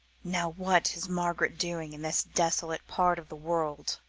now, what is margaret doing in this desolate part of the world?